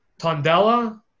Tondela